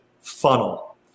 funnel